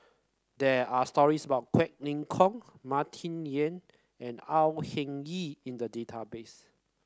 there are stories about Quek Ling Kiong Martin Yan and Au Hing Yee in the database